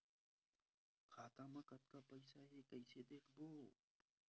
खाता मा कतका पईसा हे कइसे देखबो?